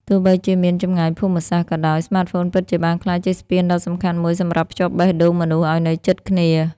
ទោះបីជាមាន ចម្ងាយភូមិសាស្ត្រ ក៏ដោយ ស្មាតហ្វូនពិតជាបានក្លាយជាស្ពានដ៏សំខាន់មួយសម្រាប់ភ្ជាប់បេះដូងមនុស្សឲ្យនៅជិតគ្នា។